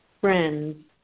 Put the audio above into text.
friends